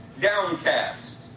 downcast